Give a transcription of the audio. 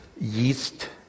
yeast